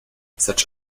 such